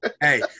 Hey